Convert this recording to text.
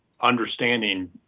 understanding